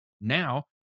now